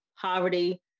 poverty